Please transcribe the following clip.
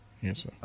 Yes